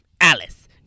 Alice